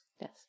Yes